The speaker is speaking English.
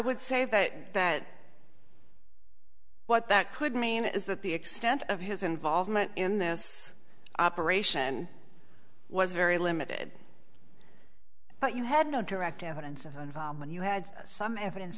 would say that that what that could mean is that the extent of his involvement in this operation was very limited but you had no direct evidence of involvement you had some evidence